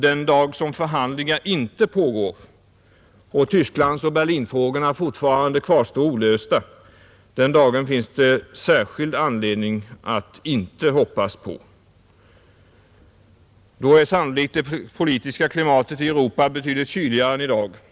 Den dag förhandlingar inte pågår — och Tysklandsoch Berlinfrågorna kvarstår olösta — finns det särskild anledning att inte hoppas på. Då är sannolikt det politiska klimatet i Europa betydligt kyligare än i dag.